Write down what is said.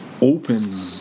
open